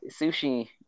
sushi